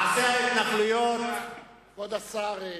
כבוד השר,